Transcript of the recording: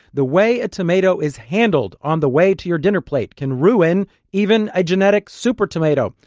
the way a tomato is handled on the way to your dinner plate can ruin even a genetic super-tomato,